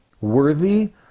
Worthy